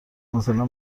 مثلا